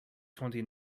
twenty